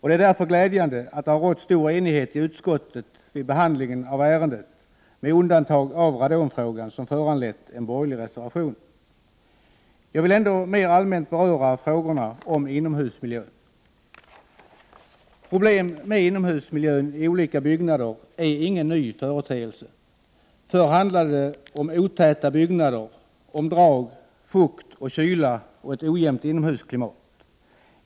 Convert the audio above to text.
Det är därför glädjande att det har rått stor enighet i utskottet vid behandlingen av ärendet, med undantag av radonfrågan som föranlett en borgerlig reservation. Jag vill ändå allmänt beröra frågorna om inomhusmiljön. Problem med inomhusmiljön i olika byggnader är ingen ny företeelse. Förr handlade det om otäta byggnader, om drag, fukt och kyla och ett ojämnt inomhusklimat.